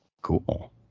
cool